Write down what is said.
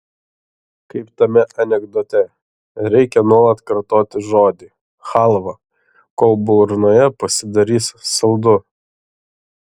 kaip tame anekdote reikia nuolat kartoti žodį chalva kol burnoje pasidarys saldu